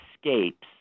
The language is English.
escapes